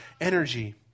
energy